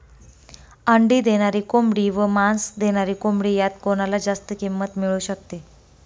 अंडी देणारी कोंबडी व मांस देणारी कोंबडी यात कोणाला जास्त किंमत मिळू शकते?